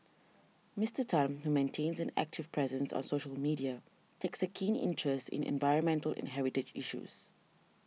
Mister Tan who maintains an active presence on social media takes a keen interest in environmental and heritage issues